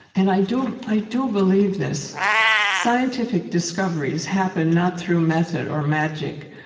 and i do i do believe this scientific discoveries happen not through method or magic,